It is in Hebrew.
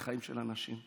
זה חיים של אנשים.